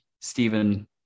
Stephen